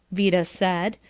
vida said,